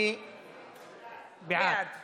המנצלים את מצבם של החולים ולוקחים מהם